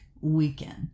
weekend